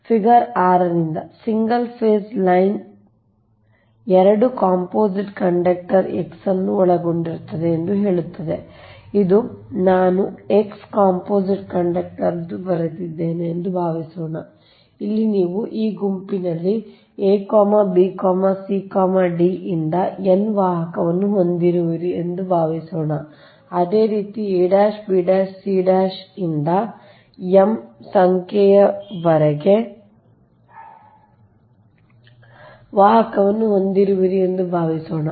figure 6 ರಿಂದ single phase line 2 composite conductor X ಅನ್ನು ಒಳಗೊಂಡಿರುತ್ತದೆ ಎಂದು ಹೇಳುತ್ತದೆ ಇದು ನಾನು X ಕಾಂಪೋಸಿಟ್ ಕಂಡಕ್ಟರ್ ಎಂದು ಬರೆದಿದ್ದೇನೆ ಎಂದು ಭಾವಿಸೋಣ ಇಲ್ಲಿ ನೀವು ಈ ಗುಂಪಿನಲ್ಲಿ a b c d ಯಿಂದ n ವಾಹಕವನ್ನು ಹೊಂದಿರುವಿರಿ ಎಂದು ಭಾವಿಸೋಣ ಅದೇ ರೀತಿ a b c ಯಿಂದ m ಸಂಖ್ಯೆಯವರೆಗೆ ವಾಹಕವನ್ನು ಹೊಂದಿರುವಿರಿ ಎಂದು ಭಾವಿಸೋಣ